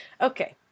Okay